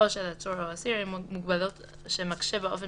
או של עצור או אסיר עם מוגבלות שמקשה באופן